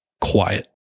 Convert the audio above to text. Quiet